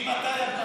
ממתי עד מתי?